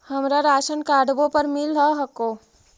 हमरा राशनकार्डवो पर मिल हको?